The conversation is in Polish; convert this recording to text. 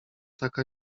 taka